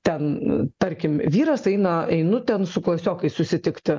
ten tarkim vyras eina einu ten su klasiokais susitikti